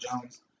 Jones